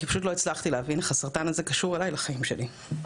כי פשוט לא הצלחתי להבין איך הסרטן הזה קשור אליי ולחיים שלי.